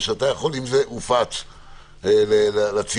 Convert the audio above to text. אם זה הופץ לציבור,